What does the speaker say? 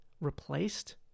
replaced